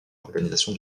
l’organisation